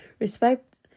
Respect